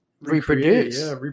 reproduce